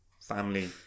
family